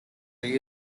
are